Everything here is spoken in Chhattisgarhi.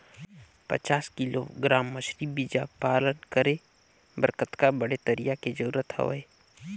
पचास किलोग्राम मछरी बीजा पालन करे बर कतका बड़े तरिया के जरूरत हवय?